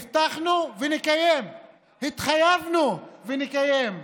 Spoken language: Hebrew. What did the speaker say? התחייבנו ונקיים.